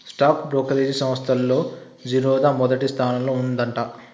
stock brokerage సంస్తల్లో జిరోదా మొదటి స్థానంలో ఉందంట